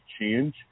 change